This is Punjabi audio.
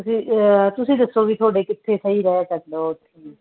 ਤੁਸੀਂ ਤੁਸੀਂ ਦੱਸੋ ਵੀ ਤੁਹਾਡੇ ਕਿੱਥੇ ਸਹੀ ਰਹਿ ਸਕਦਾ